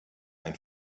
ein